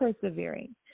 persevering